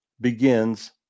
begins